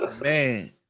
man